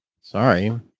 Sorry